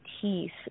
teeth